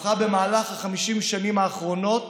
הפכה במהלך 50 השנים האחרונות